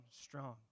strong